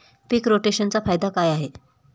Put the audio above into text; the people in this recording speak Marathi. पीक रोटेशनचा फायदा काय आहे?